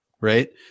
right